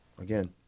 again